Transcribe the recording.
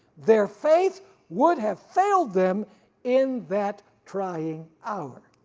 their faith would have failed them in that trying hour.